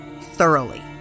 thoroughly